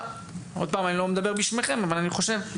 אבל אני חושב שיהיה אפשרות לבוא ולבדוק,